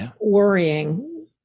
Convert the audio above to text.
worrying